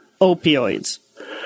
opioids